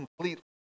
completely